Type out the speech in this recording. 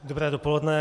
Dobré dopoledne.